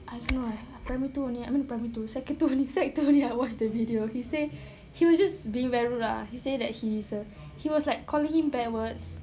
I cannot eh I primary two only haven't primary two secondary two secondary two only I watched the video he say he was just being very rude lah he say that he is a he was like calling him bad words